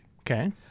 Okay